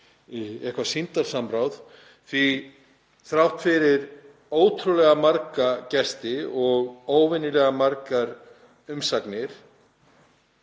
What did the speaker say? eitthvert sýndarsamráð, því þrátt fyrir ótrúlega marga gesti og óvenjulega margar umsagnir